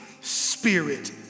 spirit